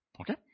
okay